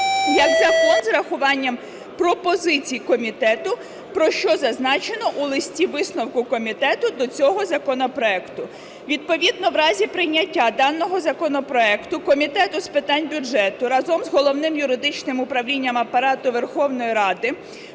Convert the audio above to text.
як закон з урахуванням пропозицій комітету, про що зазначено у листі-висновку комітету до цього законопроекту. Відповідно в разу прийняття даного законопроекту Комітету з питань бюджету разом з Головним юридичним управлінням Апарату Верховної Ради